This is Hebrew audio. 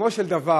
בסיכומו של דבר,